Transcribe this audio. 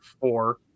four